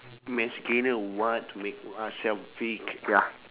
mass gainer what to make myself big ya